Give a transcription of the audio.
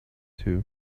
too